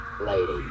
lady